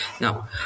Now